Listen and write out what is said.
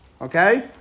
Okay